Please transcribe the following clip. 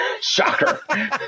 Shocker